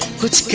good